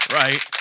right